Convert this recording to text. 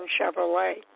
Chevrolet